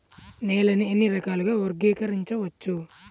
నేలని ఎన్ని రకాలుగా వర్గీకరించవచ్చు?